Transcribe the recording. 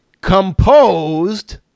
composed